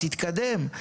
תתקדם.